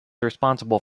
responsible